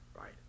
right